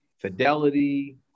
fidelity